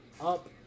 up